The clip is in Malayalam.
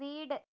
വീട്